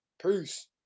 Peace